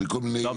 בכל מיני --- לא,